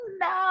no